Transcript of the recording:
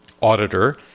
auditor